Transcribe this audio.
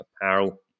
apparel